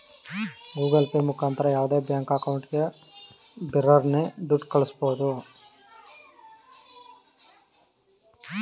Google Pay ಮುಖಾಂತರ ಯಾವುದೇ bank ಅಕೌಂಟಿಗೆ ಬಿರರ್ನೆ ದುಡ್ಡ ಕಳ್ಳಿಸ್ಬೋದು